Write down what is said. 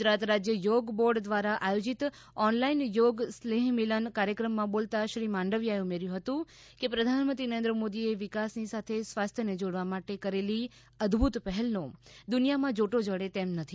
ગુજરાત રાજ્ય યોગ બોર્ડ દ્વારા આયોજિત ઓનલાઇન યોગ સ્નેહ મિલન કાર્યક્રમમાં બોલતા શ્રી માંડવિયાએ ઉમેર્યુ હતું કે પ્રધાનમંત્રી મોદીએ વિકાસની સાથે સ્વાસ્થ્યને જોડવા માટે કરેલી અદભૂત પહેલનો દુનિયામાં જોટો જડે તેમ નથી